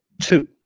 two